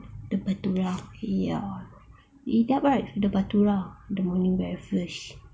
the bhatoora ya you eat up right the bhatoora the morning breakfast